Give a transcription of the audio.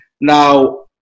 now